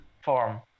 form